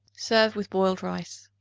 serve with boiled rice.